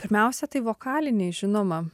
pirmiausia tai vokaliniai žinoma